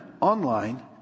online